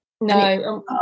No